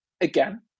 again